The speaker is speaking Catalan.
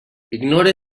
ignore